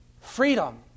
freedom